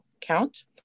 count